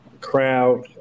crowd